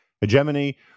hegemony